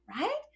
right